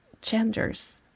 genders